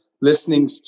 listening